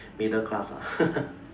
middle class ah